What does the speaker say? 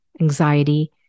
anxiety